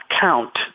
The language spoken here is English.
count